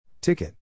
Ticket